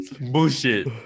Bullshit